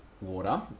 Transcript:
water